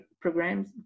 programs